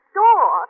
door